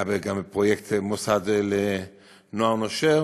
היה גם פרויקט, מוסד לנוער נושר.